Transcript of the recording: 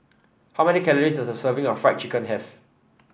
how many calories does a serving of Fried Chicken have